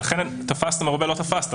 לכן תפסת מרובה לא תפסת.